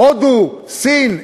הודו, סין.